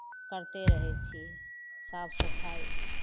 करिते रहै छी साफ सफाइ